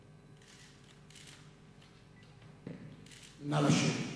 (חברי הכנסת מכבדים בקימה את זכרו של המנוח.) נא לשבת.